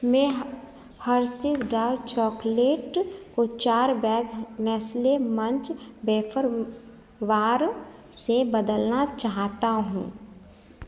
मैं Hershey's dark chocolate को चार bag Nestle Munch wafer bar से बदलना चाहता हूँ